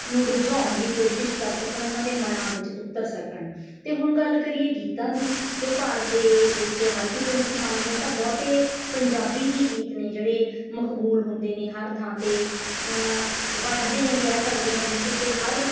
ਨੂੰ ਰੁਝਾਉਣ ਦੀ ਕੋਸ਼ਿਸ਼ ਕਰ ਸਕਣ ਉਹਨਾਂ ਦੇ ਮਨਾਂ ਵਿੱਚ ਉੱਤਰ ਸਕਣ ਅਤੇ ਹੁਣ ਗੱਲ ਕਰੀਏ ਗੀਤਾਂ ਦੀ ਜੋ ਭਾਰਤ ਦੇ ਵਿੱਚ ਹਰ ਕਿਸੇ ਨੂੰ ਪਸੰਦ ਨੇ ਤਾਂ ਬਹੁਤੇ ਪੰਜਾਬੀ ਹੀ ਗੀਤ ਨਹੀਂ ਜਿਹੜੇ ਮਕਬੂਲ ਹੁੰਦੇ ਨੇ ਹਰ ਥਾਂ 'ਤੇ ਵੱਜਦੇ ਨੇ ਕਹਿ ਸਕਦੇ ਹਾਂ ਜਿਸ ਉੱਤੇ ਹਰ